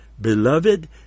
Beloved